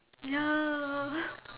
ya